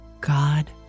God